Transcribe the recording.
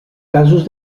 casos